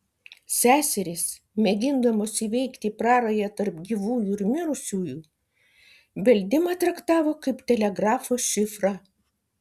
seserys mėgindamos įveikti prarają tarp gyvųjų ir mirusiųjų beldimą traktavo kaip telegrafo šifrą